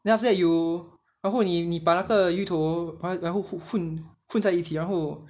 then after that you 然后你你把那个芋头然后混混在一起然后